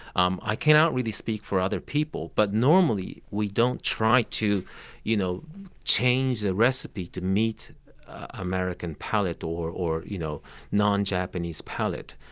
um i cannot really speak for other people, but normally we don't try to you know change the recipe to meet the american palate or or you know non-japanese palate.